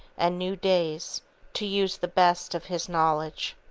and new days to use the best of his knowledge.